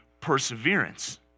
perseverance